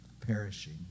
perishing